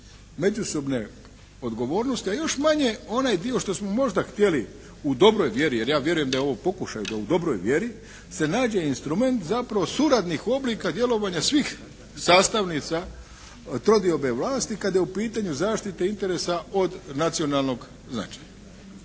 međusobne odgovornosti a još manje onaj dio što smo možda htjeli u dobroj vjeri, jer ja vjerujem da je ovo pokušaj da u dobroj vjeri se nađe instrument zapravo suradnih oblika djelovanja svih sastavnica trodiobe vlasti, kada je u pitanju zaštita interesa od nacionalnog značaja.